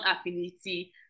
affinity